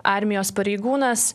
armijos pareigūnas